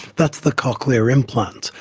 that's the cochlear implant,